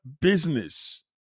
business